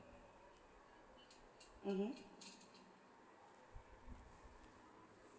mmhmm